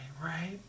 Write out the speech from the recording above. right